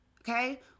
okay